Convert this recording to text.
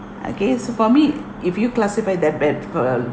I guess for me if you classify that bad